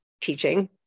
teaching